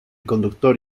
conductor